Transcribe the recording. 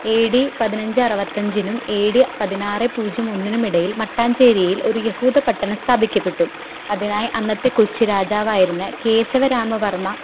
A D പതിനഞ്ച് അറുപത്തഞ്ചിനും A D പതിനാറ് പൂജ്യം ഒന്നിനുമിടയിൽ മട്ടാഞ്ചേരിയിൽ ഒരു യഹൂദ പട്ടണം സ്ഥാപിക്കപ്പെട്ടു അതിനായി അന്നത്തെ കൊച്ചി രാജാവ് ആയിരുന്ന കേശവരാമവർമ്മ